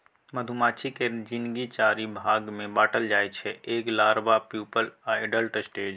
मधुमाछी केर जिनगी चारि भाग मे बाँटल जाइ छै एग, लारबा, प्युपल आ एडल्ट स्टेज